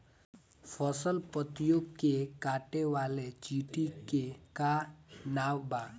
फसल पतियो के काटे वाले चिटि के का नाव बा?